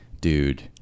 dude